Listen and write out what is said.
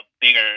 bigger